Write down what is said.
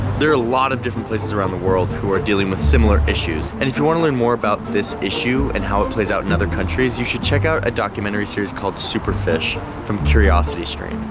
there are a lot of different places around the world who are dealing with similar issues. and if you want to learn more about this issue and how it plays out in other countries, you should check out a documentary series called super fish from curiositystream.